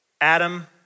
Adam